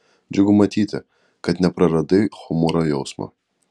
džiugu matyti kad nepraradai humoro jausmo